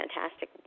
fantastic